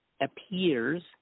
appears